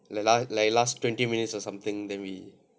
like last like twenty minutes then we